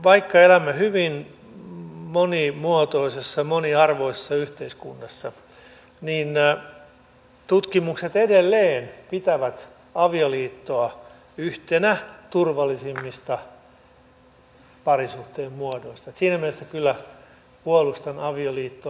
vaikka elämme hyvin monimuotoisessa moniarvoisessa yhteiskunnassa niin tutkimukset edelleen pitävät avioliittoa yhtenä turvallisimmista parisuhteen muodoista että siinä mielessä kyllä puolustan avioliittoa